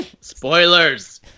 Spoilers